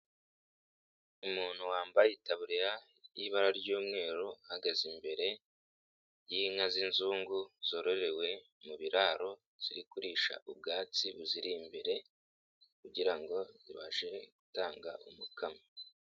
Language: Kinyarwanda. Umuntu wambaye taburiya y'ibara ry'umweru, ahagaze imbere y'inka z'inzungu zororewe mu biraro, ziri kuririsha ubwatsi buziri imbere kugira ngo zibashe gutanga umukamo.